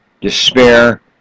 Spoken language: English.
despair